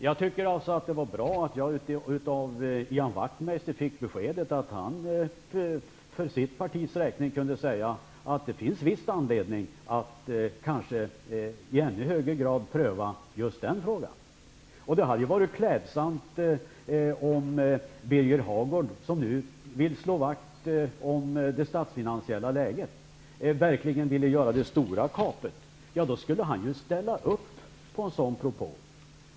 Jag tycker alltså att det var bra att jag av Ian Wachtmeister fick beskedet att han för sitt partis räkning kunde säga att det visst finns anledning att i ännu högre grad pröva just den frågan. Det hade varit klädsamt om Birger Hagård, som nu vill slå vakt om statsfinanserna, ville göra det stora kapet. Då skulle han ju ställa upp på en sådan propå.